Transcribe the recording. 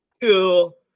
Cool